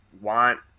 want